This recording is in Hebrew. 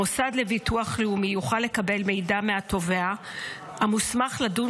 המוסד לביטוח לאומי יוכל לקבל מידע מהתובע המוסמך לדון